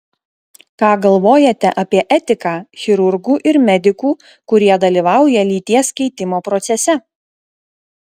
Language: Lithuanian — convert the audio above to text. ką galvojate apie etiką chirurgų ir medikų kurie dalyvauja lyties keitimo procese